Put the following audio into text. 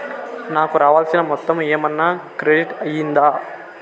నాకు రావాల్సిన మొత్తము ఏమన్నా క్రెడిట్ అయ్యిందా